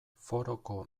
foroko